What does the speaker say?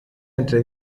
entre